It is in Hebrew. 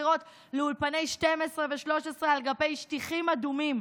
הבחירות לאולפני 12 ו-13 על גבי שטיחים אדומים.